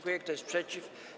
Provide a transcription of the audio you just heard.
Kto jest przeciw?